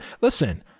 Listen